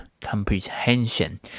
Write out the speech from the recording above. comprehension